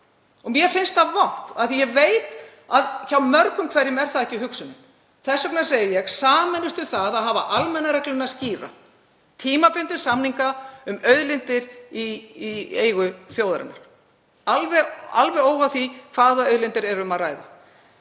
Mér finnst það vont af því að ég veit að hjá mörgum hverjum er það ekki hugsunin. Þess vegna segi ég: Sameinumst um að hafa almennu regluna skýra. Tímabindum samninga um auðlindir í eigu þjóðarinnar, alveg óháð því hvaða auðlindir er um að ræða.